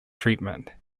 treatment